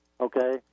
Okay